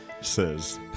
says